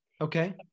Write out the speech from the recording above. okay